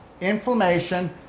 inflammation